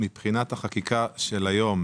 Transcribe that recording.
שמבחינת החקיקה של היום,